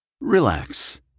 Relax